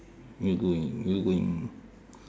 you going you going